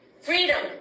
Freedom